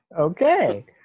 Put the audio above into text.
okay